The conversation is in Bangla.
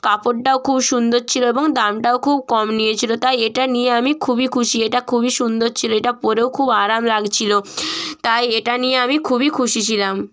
কাপড়টাও খুব সুন্দর ছিল এবং দামটাও খুব কম নিয়েছিল তাই এটা নিয়ে আমি খুবই খুশি এটা খুবই সুন্দর ছিল এটা পরেও খুব আরাম লাগছিল তাই এটা নিয়ে আমি খুবই খুশি ছিলাম